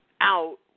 out